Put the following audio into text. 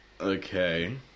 Okay